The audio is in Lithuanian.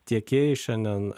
tiekėjai šiandien